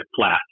flat